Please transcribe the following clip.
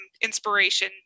inspiration